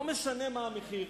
לא משנה מה המחיר,